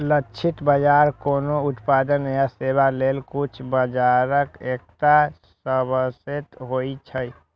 लक्षित बाजार कोनो उत्पाद या सेवा लेल कुल बाजारक एकटा सबसेट होइ छै